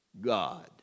God